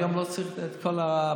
היום לא צריך את כל הביורוקרטיה.